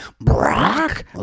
Brock